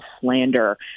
slander